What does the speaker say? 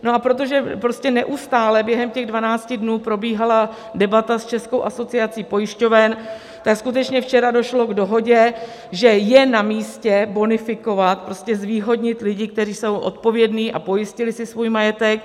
A protože neustále během těch 12 dnů probíhala debata s Českou asociací pojišťoven, tak skutečně včera došlo k dohodě, že je namístě bonifikovat, prostě zvýhodnit lidi, kteří jsou odpovědní a pojistili si svůj majetek.